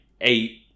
eight